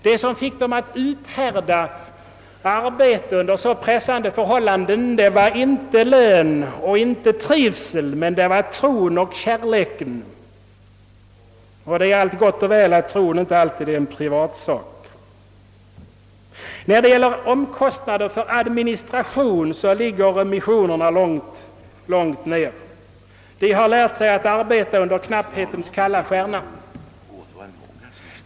Vad som fick dem att uthärda arbete under så pressande förhållanden var inte lön och inte trivsel utan tron och kärleken. Det är gott att tron inte alltid är en privatsak. Beträffande omkostnaderna för administrationen ligger missionerna lågt. De har lärt sig att arbeta under knapphetens kalla stjärna.